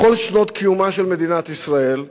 בכל שנות קיומה של מדינת ישראל,